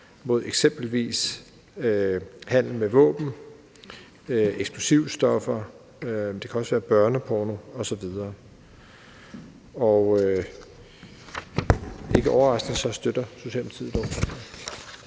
mod eksempelvis handel med våben, eksplosive stoffer, børneporno osv. Ikke overraskende støtter Socialdemokratiet